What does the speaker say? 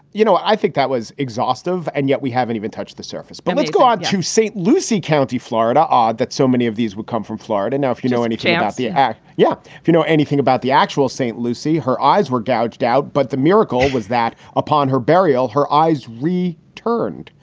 you know, i think that was exhaustive, and yet we haven't even touched the surface. but let's go on to st. lucie county, florida. odd that so many of these would come from florida. now, if you know any chance here. yeah. if you know anything about the actual st. lucie, her eyes were gouged out. but the miracle was that upon her burial, her eyes re turned.